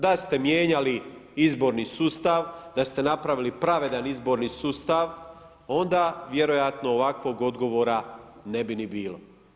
Da ste mijenjali izborni sustav, da ste napravili pravedan izborni sustav, onda vjerojatno ovakvog odgovora ne bi ni bilo.